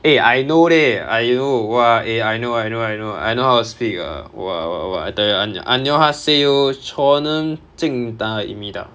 eh I know leh !aiyo! !wah! eh I know I know I know I know how to speak ah !wah! wha~ what I tell you an~